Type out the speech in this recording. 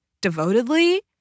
devotedly